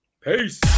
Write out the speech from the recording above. Peace